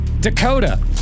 Dakota